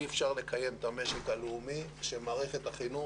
אי אפשר לקיים את המשק הלאומי כשמערכת החינוך,